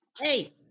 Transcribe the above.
Hey